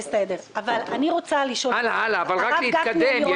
בבקשה, להתקדם.